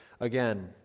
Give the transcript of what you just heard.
again